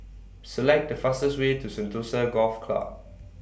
Select The fastest Way to Sentosa Golf Club